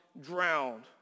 drowned